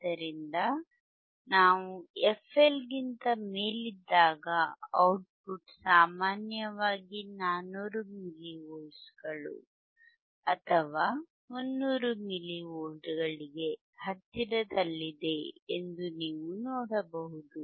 ಆದ್ದರಿಂದ ನಾವು fLಗಿಂತ ಮೇಲಿದ್ದಾಗ ಔಟ್ಪುಟ್ ಸಾಮಾನ್ಯವಾಗಿ 400 ಮಿಲಿ ವೋಲ್ಟ್ಗಳು ಅಥವಾ 300 ಮಿಲಿ ವೋಲ್ಟ್ಗಳಿಗೆ ಹತ್ತಿರದಲ್ಲಿದೆ ಎಂದು ನೀವು ನೋಡಬಹುದು